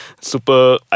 Super